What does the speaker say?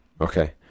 Okay